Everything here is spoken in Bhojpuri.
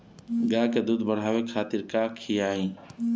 गाय के दूध बढ़ावे खातिर का खियायिं?